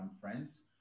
friends